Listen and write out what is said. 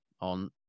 on